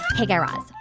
hey, guy raz.